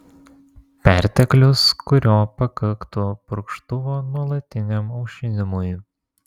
perteklius kurio pakaktų purkštuvo nuolatiniam aušinimui